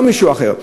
לא מישהו אחר.